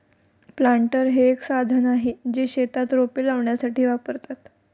planter हे एक साधन आहे, जे शेतात रोपे लावण्यासाठी वापरतात